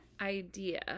idea